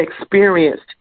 experienced